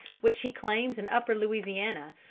which he claims in upper louisiana,